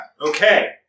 Okay